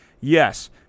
Yes